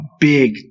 big